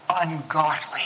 ungodly